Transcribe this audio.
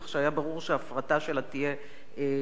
כך שהיה ברור שההפרטה שלה תהיה בחסר,